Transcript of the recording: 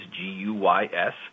G-U-Y-S